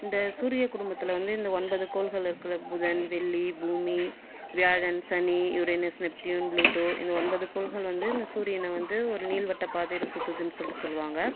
இந்த சூரிய குடும்பத்தில் வந்து இந்த ஒன்பது கோள்கள் இருக்குற புதன் வெள்ளி பூமி வியாழன் சனி யுரேனஸ் நெப்டீயூன் புளுட்டோ இந்த ஒன்பது கோள்கள் வந்து இந்த சூரியனை வந்து ஒரு நீள்வட்ட பாதையில் சுற்றுதுனு சொல்லிட்டு சொல்வாங்கள்